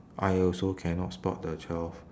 I also cannot spot the twelfth